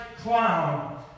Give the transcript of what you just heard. clown